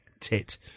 tit